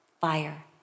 fire